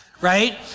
Right